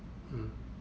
mm